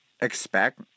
expect